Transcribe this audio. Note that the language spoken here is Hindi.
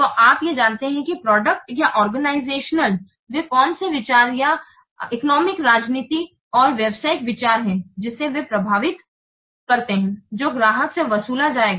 तोआप ये जानते हैं कि प्रोडक्ट या ओर्गनइजेशनल वे कौन से विचार या आर्थिक राजनीतिक और व्यावसायिक विचार हैं जिसे ये प्रभावित करते हैं जो ग्राहक से वसूला जाएगा